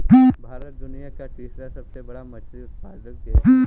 भारत दुनिया का तीसरा सबसे बड़ा मछली उत्पादक देश है